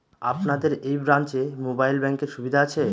আপনাদের এই ব্রাঞ্চে মোবাইল ব্যাংকের সুবিধে আছে?